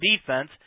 defense